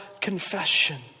confession